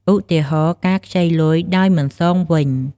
ឧទាហរណ៍៍ ការខ្ចីលុយដោយមិនសងវិញ។